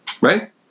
right